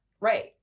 Right